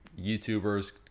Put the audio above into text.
youtubers